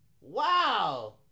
wow